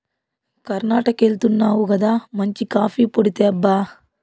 కర్ణాటకెళ్తున్నావు గదా మంచి కాఫీ పొడి తేబ్బా